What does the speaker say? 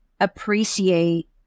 appreciate